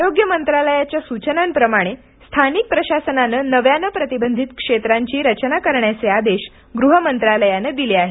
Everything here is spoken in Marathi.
आरोग्य मंत्रालयाच्या सूचनांप्रमाणे स्थानिक प्रशासनानं नव्यानं प्रतिबंधित क्षेत्रांची रचना करण्याचे आदेश गृह मंत्रालयानं दिले आहेत